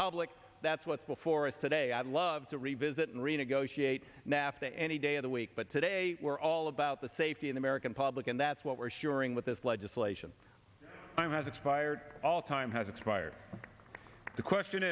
public that's what's before us today i'd love to revisit and renegotiate nafta any day of the week but today we're all about the safety of american public and that's what we're hearing with this legislation i'm has expired all time has expired the question